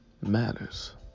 matters